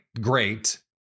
great